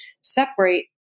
separate